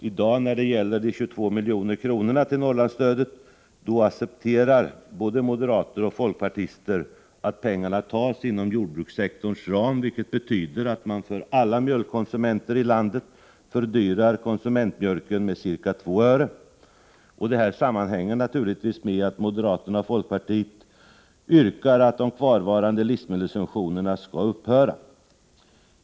När det i dag gäller de 22 miljonerna till Norrlandsstödet accepterar både moderater och folkpartister att pengarna tas inom jordbrukssektorns ram, vilket betyder att man för alla mjölkkonsumenter i landet fördyrar konsumentmjölken med ca 2 öre. Det sammanhänger naturligtvis med att moderaterna och folkpartiet yrkar att de kvarvarande livsmedelssubventionerna skall upphöra.